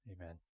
Amen